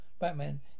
Batman